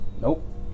Nope